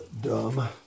Dumb